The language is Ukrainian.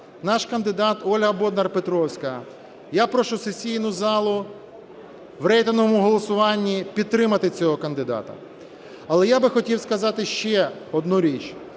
Наш кандидат – Оля Боднар-Петровська. Я прошу сесійну залу в рейтинговому голосуванні підтримати цього кандидата. Але я би хотів сказати ще одну річ.